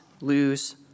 lose